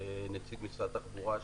נציג משרד התחבורה,